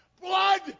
blood